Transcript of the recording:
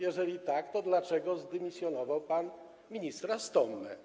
Jeżeli tak, to dlaczego zdymisjonował pan ministra Stommę?